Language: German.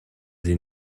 sie